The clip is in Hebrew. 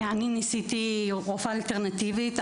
אני ניסיתי רפואה אלטרנטיבית,